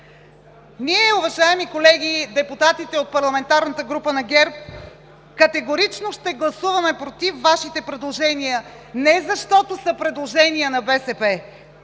Ние, уважаеми колеги, депутатите от парламентарната група на ГЕРБ, категорично ще гласуваме „против“ Вашите предложения, не защото са предложения на БСП,